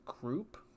group